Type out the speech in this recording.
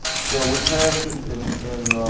so we passed it in in